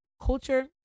culture